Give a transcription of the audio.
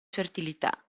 fertilità